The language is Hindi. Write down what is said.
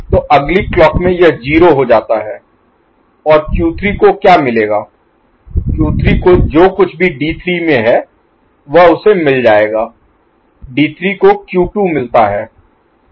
तो अगली क्लॉक में यह 0 हो जाता है और Q3 को क्या मिलेगा Q3 को जो कुछ भी D3 में है वह उसे मिल जाएगा D3 को Q2 मिलता है